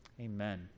Amen